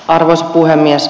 arvoisa puhemies